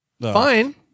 fine